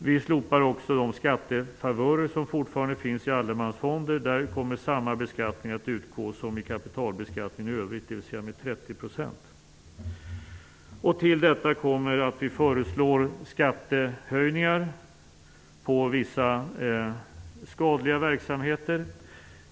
Vi slopar också de skattefavörer som fortfarande finns i allemansfonder. Där kommer samma beskattning att utgå som vid kapitalbeskattning i övrigt, dvs. Till detta kommer att vi föreslår skattehöjningar på vissa skadliga verksamheter.